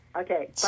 Okay